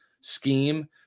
scheme